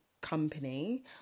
company